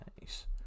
nice